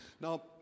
Now